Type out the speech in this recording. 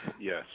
yes